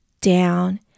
down